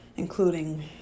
Including